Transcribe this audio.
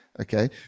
Okay